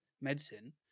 medicine